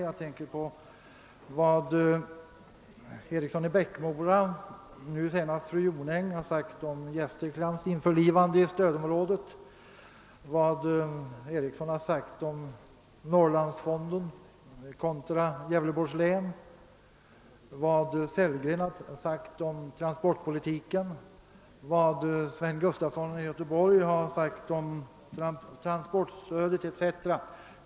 Jag tänker på vad herr Eriksson i Bäckmora och nu senast fru Jonäng sagt om Gästriklands införlivande i stödområdet, vidare på vad herr Eriksson i Bäckmora sagt om Norrlandsfonden och Gävleborgs län, på vad herr Sellgren sagt om transportpolitiken, på vad herr Sven Gustafson i Göteborg sagt om transportstödet etc.